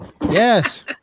Yes